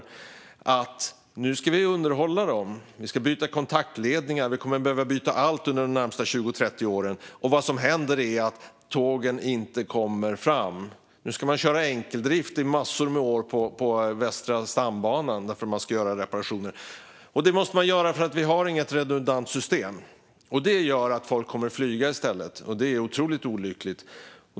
Men vi vet ju att vi nu ska underhålla dem; vi ska byta kontaktledningar, och vi kommer att behöva byta allt under de närmaste 20-30 åren. Vad som händer är att tågen inte kommer fram. Nu ska man köra enkeldrift i massor av år på Västra stambanan för att man ska göra reparationer. Och det måste man göra för att vi inte har något redundant system. Detta gör att folk kommer att flyga i stället, och det är otroligt olyckligt.